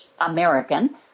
American